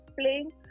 playing